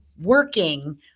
working